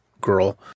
girl